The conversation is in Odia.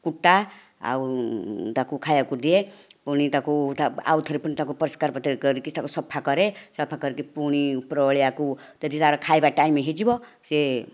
କୁଟା ଆଉ ତାକୁ ଖାଇବାକୁ ଦିଏ ପୁଣି ତାକୁ ଆଉ ଥରେ ଫୁଣି ତାକୁ ପରିଷ୍କାର କରିକି ସଫା କରେ ସଫାକରିକି ପୁଣି ଉପରବେଳିଆକୁ ଯଦି ତାର ଖାଇବା ଟାଇମ୍ ହୋଇଯିବ ସେ